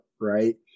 right